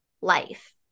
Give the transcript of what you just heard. life